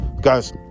guys